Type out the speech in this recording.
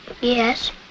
Yes